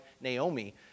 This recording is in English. Naomi